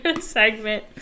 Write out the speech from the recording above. segment